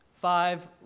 five